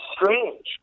strange